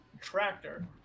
Tractor